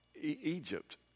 Egypt